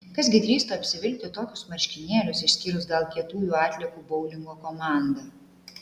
kas gi drįstų apsivilkti tokius marškinėlius išskyrus gal kietųjų atliekų boulingo komandą